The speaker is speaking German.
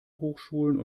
hochschulen